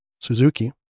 Suzuki